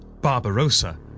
Barbarossa